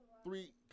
Three